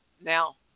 now